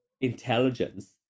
intelligence